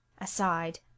Aside